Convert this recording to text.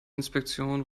inspektion